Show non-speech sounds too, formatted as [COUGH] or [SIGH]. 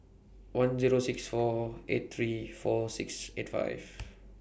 one Zero six four eight three four six eight five [NOISE]